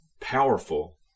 powerful